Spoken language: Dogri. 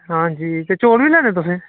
आं जी ते चौल बी लैने तुसें